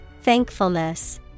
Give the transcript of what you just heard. Thankfulness